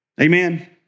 Amen